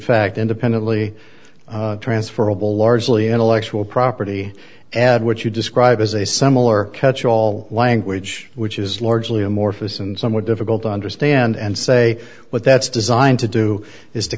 fact independently transferable largely intellectual property and what you describe is a similar catch all language which is largely amorphous and somewhat difficult to understand and say what that's designed to do is to